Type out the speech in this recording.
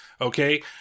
okay